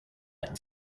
when